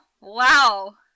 Wow